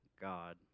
god